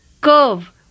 Curve